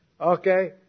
Okay